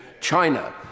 China